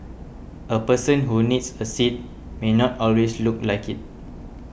a person who needs a seat may not always look like it